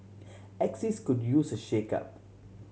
axis could use a shakeup